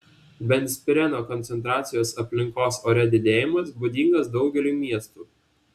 benzpireno koncentracijos aplinkos ore didėjimas būdingas daugeliui miestų